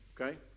Okay